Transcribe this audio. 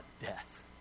death